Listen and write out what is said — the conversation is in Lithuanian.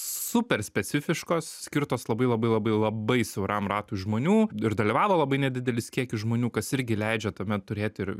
super specifiškos skirtos labai labai labai labai siauram ratui žmonių ir dalyvavo labai nedidelis kiekis žmonių kas irgi leidžia tame turėti ir